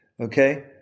okay